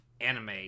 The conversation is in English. anime